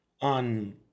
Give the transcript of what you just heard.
on